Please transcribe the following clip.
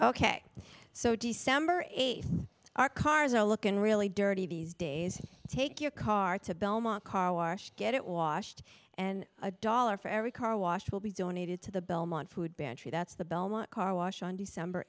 ok so december eighth our cars are looking really dirty these days take your car to belmont car wash get it washed and a dollar for every car wash will be donated to the belmont food pantry that's the belmont carwash on december